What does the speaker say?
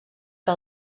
que